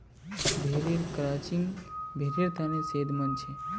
भेड़ेर क्रचिंग भेड़ेर तने सेहतमंद छे